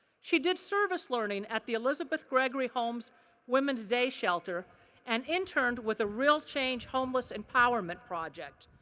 she did service learning at the elizabeth gregory home's women's day shelter and interned with the real change homeless empowerment project.